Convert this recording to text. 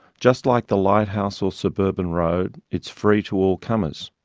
just like the lighthouse or suburban road, it's free to all comers.